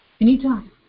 anytime